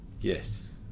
yes